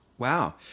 Wow